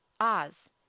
Oz